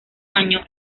año